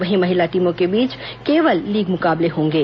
वहीं महिला टीमों के बीच केवल लीग मुकाबले होंगे